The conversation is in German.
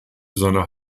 seiner